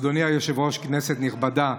אדוני היושב-ראש, כנסת נכבדה,